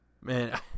man